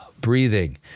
breathing